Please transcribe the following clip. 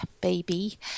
baby